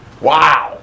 Wow